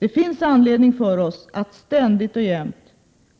Vi måste ständigt och jämt